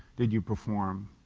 did you perform.